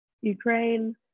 Ukraine